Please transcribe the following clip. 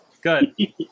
Good